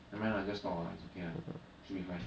never mind lah just talk ah it's okay one should be fine